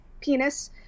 penis